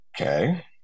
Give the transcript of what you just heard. okay